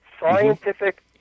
scientific